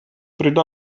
britta